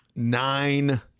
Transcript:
Nine